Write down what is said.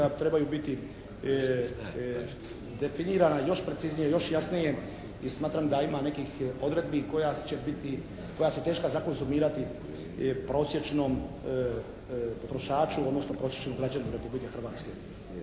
trebaju biti definirana još preciznije, još jasnije i smatram da ima nekih odredbi koja će biti, koja su teška za konzumirati prosječnom potrošaču odnosno prosječnom građaninu Republike Hrvatske.